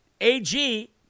AG